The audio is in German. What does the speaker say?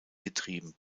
getrieben